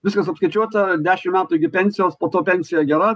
viskas apskaičiuota dešim metų iki pensijos po to pensija gera